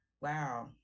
wow